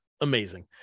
amazing